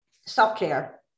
self-care